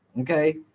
Okay